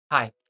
Hi